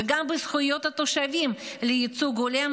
וגם בזכויות התושבים לייצוג הולם,